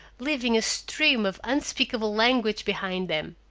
leaving a stream of unspeakable language behind them.